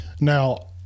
Now